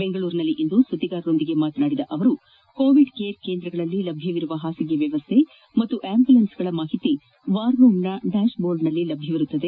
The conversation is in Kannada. ಬೆಂಗಳೂರಿನಲ್ಲಿಂದು ಸುದ್ದಿಗಾರರೊಂದಿಗೆ ಮಾತನಾಡಿದ ಅವರು ಕೋವಿಡ್ ಕೇರ್ ಕೇಂದ್ರಗಳಲ್ಲಿ ಲಭ್ಯವಿರುವ ಹಾಸಿಗೆ ವ್ಯವಸ್ಥೆ ಹಾಗೂ ಅಂಬುಲೆನ್ಸ್ ಗಳ ಮಾಹಿತಿ ವಾರ್ ರೂಮ್ ನ ಡ್ಯಾಶ್ ಬೋರ್ಡ್ನಲ್ಲಿ ಲಭ್ಯವಿದೆ